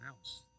else